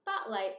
spotlight